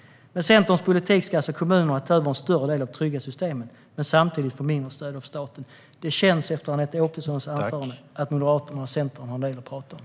Med Centerns politik ska alltså kommunerna ta över en större del av trygghetssystemen men samtidigt få mindre stöd av staten. Det känns, efter Anette Åkessons anförande, som att Moderaterna och Centern har en del att tala om.